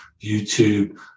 YouTube